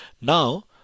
Now